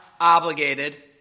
obligated